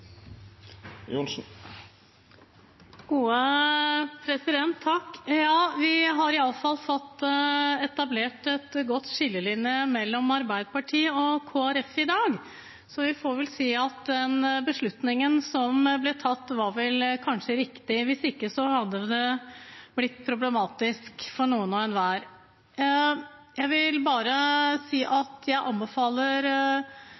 Vi har iallfall fått etablert en god skillelinje mellom Arbeiderpartiet og Kristelig Folkeparti i dag. Så vi får vel si at den beslutningen som ble tatt, var vel kanskje riktig. Hvis ikke hadde det blitt problematisk for noen hver. Jeg vil bare si